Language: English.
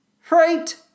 Freight